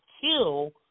kill